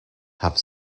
have